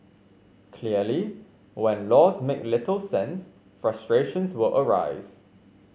clearly when laws make little sense frustrations will arise